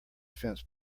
fence